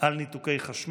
על ניתוקי חשמל.